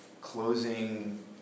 Closing